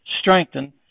strengthen